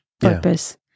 purpose